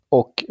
och